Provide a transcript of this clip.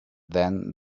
then